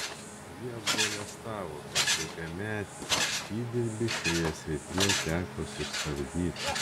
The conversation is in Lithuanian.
ji apgailestavo kad ilgametį įdirbį šioje srityje teko sustabdyti